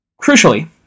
Crucially